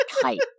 kite